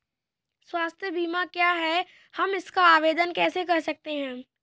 स्वास्थ्य बीमा क्या है हम इसका आवेदन कैसे कर सकते हैं?